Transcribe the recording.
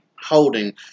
holding